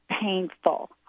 painful